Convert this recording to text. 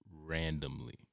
randomly